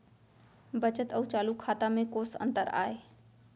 बचत अऊ चालू खाता में कोस अंतर आय?